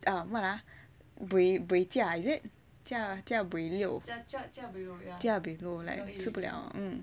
ya what ah buey jia is it jia buey lo jia buey lo like 吃不了